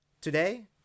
Today